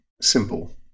simple